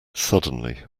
suddenly